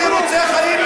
אני רוצה חיים משותפים,